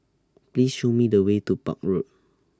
Please Show Me The Way to Park Road